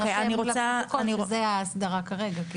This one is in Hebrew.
ההסדרה כרגע,